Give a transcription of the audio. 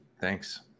Thanks